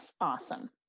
Awesome